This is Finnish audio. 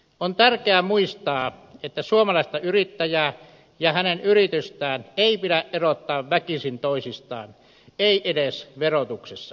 on tärkeää muistaa että suomalaista yrittäjää ja hänen yritystään ei pidä erottaa väkisin toisistaan ei edes verotuksessa